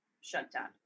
shutdown